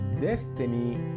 Destiny